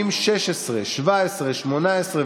השר אסף זמיר.